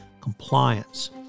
compliance